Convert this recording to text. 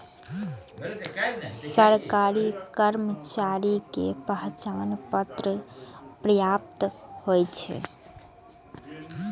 सरकारी कर्मचारी के पहचान पत्र पर्याप्त होइ छै